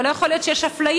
אבל לא יכול להיות שיש אפליה,